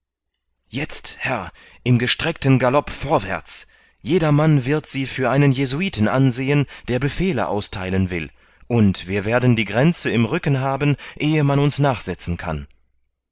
jetzt herr im gestreckten galopp vorwärts jedermann wird sie für einen jesuiten ansehen der befehle austheilen will und wir werden die grenze im rücken haben ehe man uns nachsetzen kann